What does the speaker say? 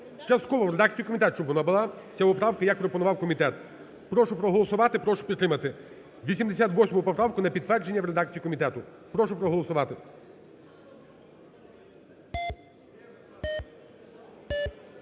частково, в редакції комітету, щоб вона була, ця поправка, як пропонував комітет. Прошу проголосувати, прошу підтримати 88 поправку на підтвердження в редакції комітету. Прошу проголосувати.